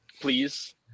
please